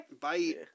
Bye